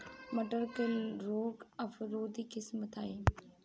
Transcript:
मटर के रोग अवरोधी किस्म बताई?